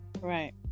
Right